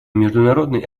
международной